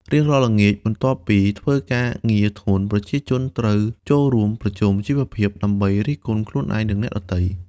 រៀងរាល់ល្ងាច បន្ទាប់ពីធ្វើការងារធ្ងន់ ប្រជាជនត្រូវចូលរួម "ប្រជុំជីវភាព" ដើម្បីរិះគន់ខ្លួនឯង និងអ្នកដទៃ។